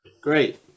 great